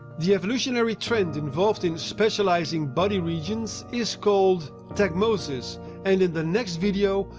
the evolutionary trend involved in specializing body regions is called tagmosis and in the next video,